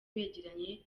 begeranye